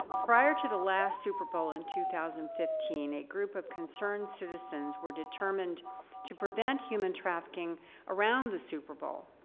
prior to the last super bowl in two thousand and fifteen, a group of concerned citizens were determined to prevent human trafficking around the super bowl.